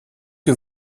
que